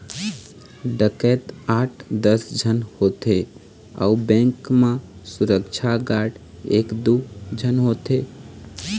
डकैत आठ दस झन होथे अउ बेंक म सुरक्छा गार्ड एक दू झन होथे